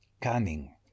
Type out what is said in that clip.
cunning